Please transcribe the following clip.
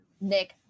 nick